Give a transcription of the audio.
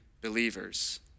believers